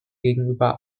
gegenüber